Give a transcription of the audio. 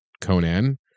Conan